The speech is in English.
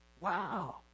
wow